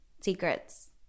secrets